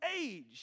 age